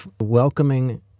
welcoming